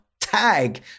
Tag